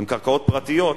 על קרקעות פרטיות,